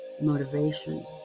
motivation